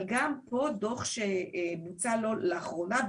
אבל גם פה דו"ח שפורסם לאחרונה,